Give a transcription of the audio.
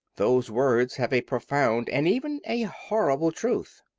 those words have a profound and even a horrible truth.